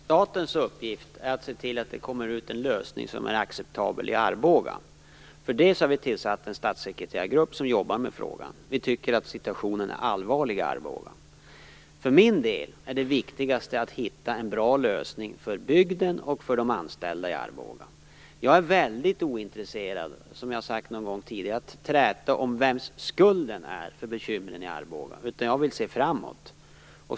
Fru talman! Statens uppgift är att se till att det kommer till en lösning som är acceptabel i Arboga. Därför har vi tillsatt en statssekreterargrupp som jobbar med frågan. Vi tycker att situationen är allvarlig i För min del är det viktigaste att hitta en bra lösning för bygden och för de anställda i Arboga. Jag är väldigt ointresserad, som jag sagt tidigare, av att träta om vems skulden är för bekymren i Arboga. Jag vill se framåt.